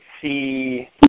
see –